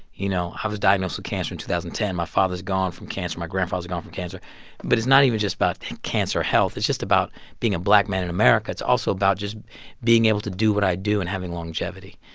you know, i was diagnosed with cancer in two thousand and ten. my father's gone from cancer. my grandfather's gone from cancer but it's not even just about cancer or health. it's just about being a black man in america. it's also about just being able to do what i do and having longevity.